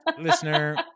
Listener